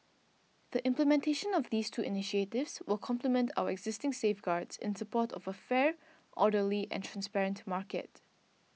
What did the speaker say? the implementation of these two initiatives will complement our existing safeguards in support of a fair orderly and transparent market